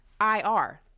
IR